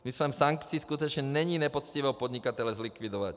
Smyslem sankcí skutečně není nepoctivého podnikatele zlikvidovat.